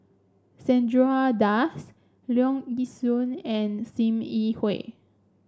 Chandra Das Leong Yee Soo and Sim Yi Hui